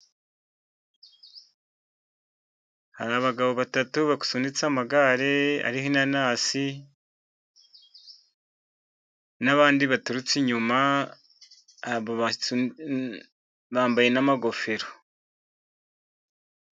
Hari abagabo batatu basunitse amagari ariho inanasi, n'abandi baturutse inyuma bambaye n'amagofero.